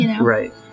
Right